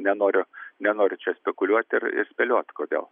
nenoriu nenoriu čia spekuliuoti ir ir spėliot kodėl